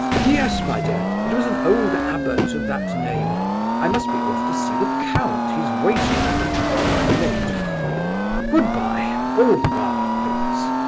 yes, my dear, it was an old abbot of that name i must be off to see the count, he's waiting for me, i'm late good-bye! au revoir, prince!